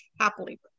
happily